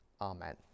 Amen